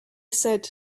said